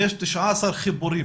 יש 19 חיבורים,